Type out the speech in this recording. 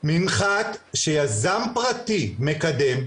מנחת שיזם פרטי מקדם,